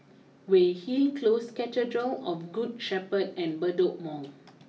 Weyhill close Cathedral of good Shepherd and Bedok Mall